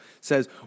says